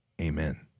Amen